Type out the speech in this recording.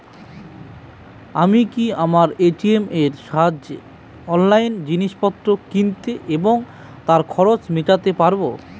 আমি কি আমার এ.টি.এম এর সাহায্যে অনলাইন জিনিসপত্র কিনতে এবং তার খরচ মেটাতে পারব?